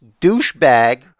douchebag